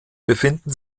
befinden